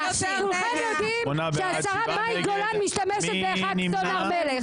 כולכם יודעים שהשרה מאי גולן משתמשת בח"כ סון הר מלך.